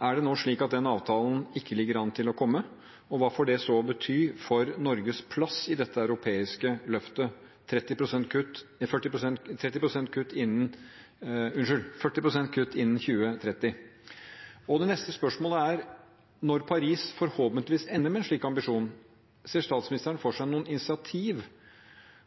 Er det nå slik at den avtalen ikke ligger an til å komme, og hva får det så å bety for Norges plass i dette europeiske løftet – 40 pst. kutt innen 2030? Og det neste spørsmålet er: Når Paris forhåpentligvis ender med en slik ambisjon, ser statsministeren for seg noen initiativ